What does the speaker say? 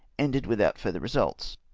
ended without further result.